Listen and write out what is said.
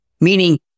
meaning